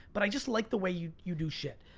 but i just like the way you you do shit.